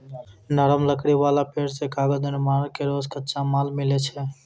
नरम लकड़ी वाला पेड़ सें कागज निर्माण केरो कच्चा माल मिलै छै